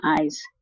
eyes